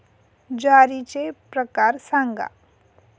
ज्वारीचे प्रकार सांगा